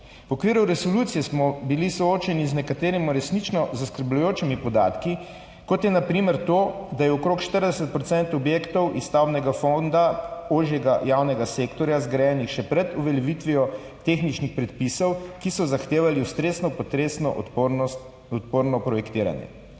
V okviru resolucije smo bili soočeni z nekaterimi resnično zaskrbljujočimi podatki, kot je na primer to, da je okrog 40 % objektov iz stavbnega fonda ožjega javnega sektorja zgrajenih še pred uveljavitvijo tehničnih predpisov, ki so zahtevali ustrezno potresno odporno projektiranje.